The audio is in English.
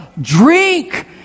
drink